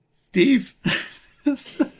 Steve